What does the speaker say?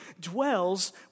dwells